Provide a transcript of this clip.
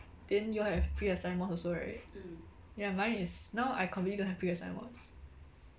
then you all have pre-assigned mods also right ya mine is now I completely don't have pre-assigned mods